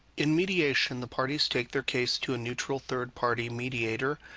in mediation, the parties take their case to a neutral third party mediator,